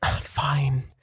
fine